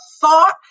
thought